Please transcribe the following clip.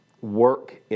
Work